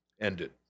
ended